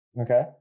Okay